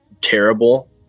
terrible